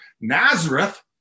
Nazareth